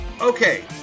Okay